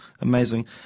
Amazing